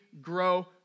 grow